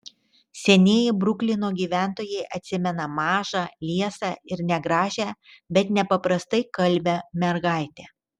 senieji bruklino gyventojai atsimena mažą liesą ir negražią bet nepaprastai kalbią mergaitę